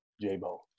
J-Bo